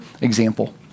example